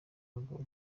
ubwo